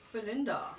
Belinda